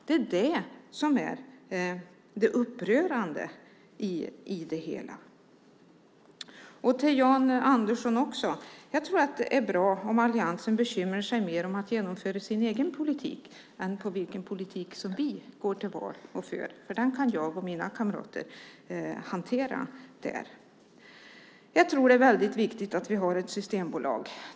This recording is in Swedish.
Det är det som är det upprörande i det hela. Till Jan Andersson vill jag också säga att jag tror att det är bra om alliansen bekymrar sig mer om att genomföra sin egen politik än om vilken politik som vi går till val på och för. Den kan jag och mina kamrater hantera. Jag tror att det är väldigt viktigt att vi har ett systembolag.